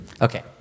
Okay